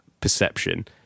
perception